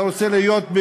אתה רוצה להיות,